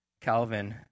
Calvin